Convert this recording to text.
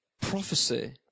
prophecy